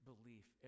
belief